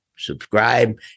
subscribe